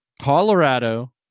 Colorado